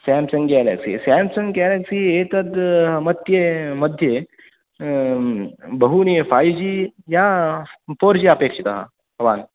Samsung Galaxy Samsung Galaxy एतत् मद्ये मध्ये बहूनि फ़ै जि या फ़ोर्जि अपेक्षिता वा